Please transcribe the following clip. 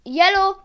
yellow